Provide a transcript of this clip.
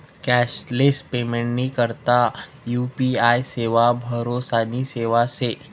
cashless पेमेंटनी करता UPI सेवा भरोसानी सेवा शे